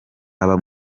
aba